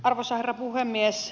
arvoisa herra puhemies